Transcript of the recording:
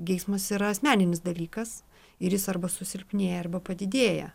geismas yra asmeninis dalykas ir jis arba susilpnėja arba padidėja